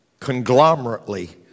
conglomerately